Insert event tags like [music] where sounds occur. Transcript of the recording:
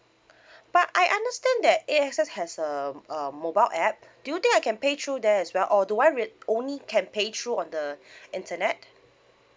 [breath] but I understand that A_X_S has um uh mobile app do you think I can pay through there as well or do I re~ only can pay through on the [breath] internet